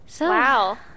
Wow